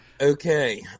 Okay